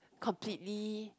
completely